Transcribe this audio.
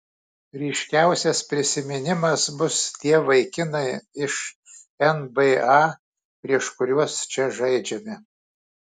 ryškiausias prisiminimas bus tie vaikinai iš nba prieš kuriuos čia žaidžiame